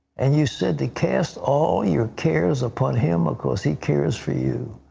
and you said to cast all your cares upon him ah because he cares for you.